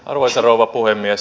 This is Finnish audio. arvoisa rouva puhemies